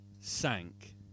sank